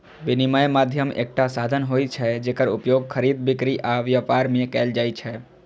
विनिमय माध्यम एकटा साधन होइ छै, जेकर उपयोग खरीद, बिक्री आ व्यापार मे कैल जाइ छै